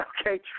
Okay